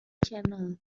channel